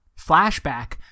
flashback